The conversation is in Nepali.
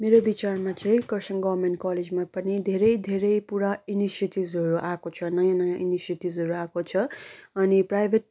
मेरो विचारमा चाहिँ कर्सियङ गभर्नमेन्ट कलेजमा पनि धेरै धेरै पुरा इनिसिएटिभहरू आएको छ नयाँ नयाँ इनिसिएटिभहरू आएको छ अनि प्राइभेट